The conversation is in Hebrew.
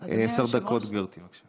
גמליאל, עשר דקות, גברתי.